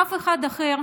אף אחד אחר,